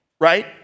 right